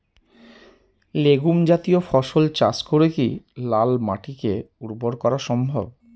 Legume জাতীয় ফসল চাষ করে কি লাল মাটিকে উর্বর করা সম্ভব?